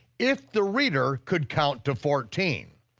if the reader could count to fourteen.